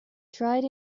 tried